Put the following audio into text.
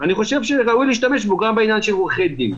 אני חושב שזה ראוי להשתמש בו גם בעניין של עורכי דין.